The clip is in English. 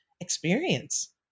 experience